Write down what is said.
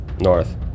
North